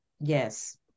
Yes